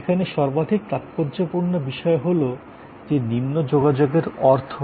এখানে সর্বাধিক তাৎপর্যপূর্ণ বিষয় হল যে নিম্ন যোগাযোগের অর্থ